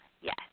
Yes